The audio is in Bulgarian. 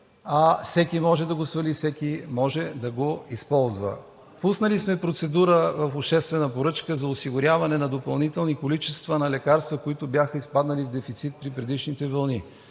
всеки може да го свали, всеки може да го използва. Пуснали сме процедура, обществена поръчка за осигуряване на допълнителни количества на лекарства, които бяха изпаднали в дефицит при предишните вълни.